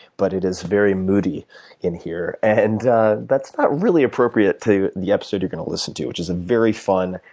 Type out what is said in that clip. but it is very moody in here. and that's not really appropriate to the episode you're going to listen to, which is a very fun,